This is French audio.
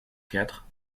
quatre